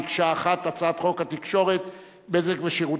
מקשה אחת הצעת חוק התקשורת (בזק ושידורים)